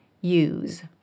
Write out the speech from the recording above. use